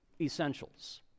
essentials